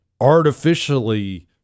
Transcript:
artificially